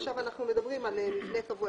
עכשיו אנחנו מדברים על מבנה קבוע.